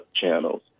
channels